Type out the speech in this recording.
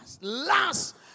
last